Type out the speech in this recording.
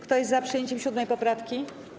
Kto jest za przyjęciem 7. poprawki?